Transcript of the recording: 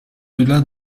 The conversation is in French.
delà